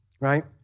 Right